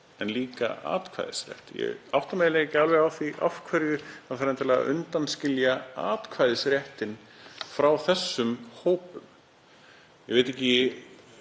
einnig atkvæðisrétt. Ég átta mig ekki alveg á því af hverju það þarf endilega að undanskilja atkvæðisréttinn hjá þessum hópum. Ég veit ekki